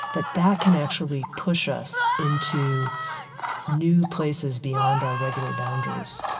that that can actually push us into new places beyond our regular boundaries